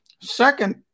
Second